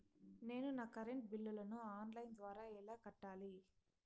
నేను నా కరెంటు బిల్లును ఆన్ లైను ద్వారా ఎలా కట్టాలి?